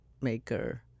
maker